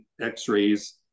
x-rays